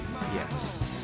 Yes